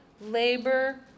labor